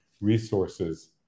resources